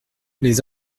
les